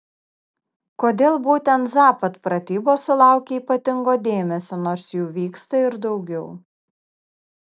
kodėl būtent zapad pratybos sulaukia ypatingo dėmesio nors jų vyksta ir daugiau